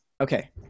okay